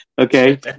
Okay